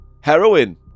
Heroin